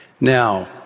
Now